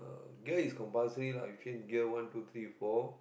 gear is compulsory lah you change gear one two three four